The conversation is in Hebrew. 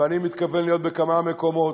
ואני מתכוון להיות בכמה מקומות,